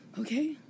Okay